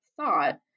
thought